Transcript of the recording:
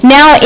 Now